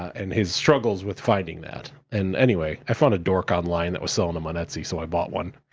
and, his struggles with finding that. and, anyway, i found a dork online that was selling them on etsy, so i bought one.